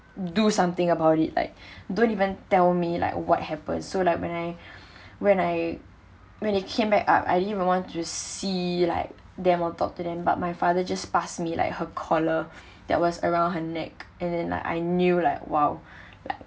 do something about it like don't even tell me like what happen so like when I when I when it came back up I didn't even want to see like them or talk to them but my father just passed me like her collar that was around her neck and then like I knew like !wow!